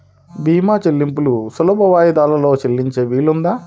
భీమా చెల్లింపులు సులభ వాయిదాలలో చెల్లించే వీలుందా?